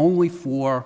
only for